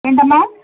ఏంటమ్మా